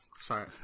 Sorry